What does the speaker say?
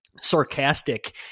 sarcastic